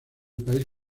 país